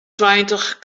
tweintich